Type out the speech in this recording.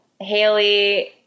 Haley